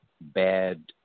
bad